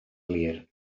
glir